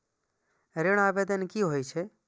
ऋण आवेदन की होय छै?